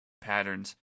patterns